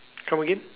come again